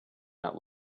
that